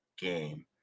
game